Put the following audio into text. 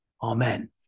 Amen